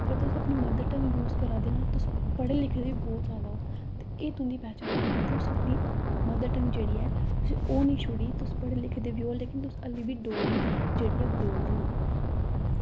अगर तुस अपनी मदर टंग यूज़ करा दे न तुस पढ़े लिखे दे बौह्त जादा ते एह् तुंदी पहचान ऐ कि तुस अपने मदर टंग जेह्ड़ी ऐ तुसें ओह् निं छोड़ी तुस पढ़े लिखे दे बी ओ तुसें हाले बी डोगरी जेह्ड़ी ओह् बोलदे ओ